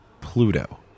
Pluto